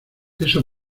eso